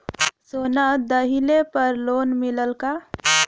सोना दहिले पर लोन मिलल का?